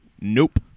Nope